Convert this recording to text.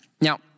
Now